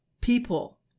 people